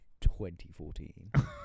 2014